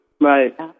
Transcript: Right